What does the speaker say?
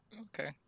okay